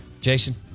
Jason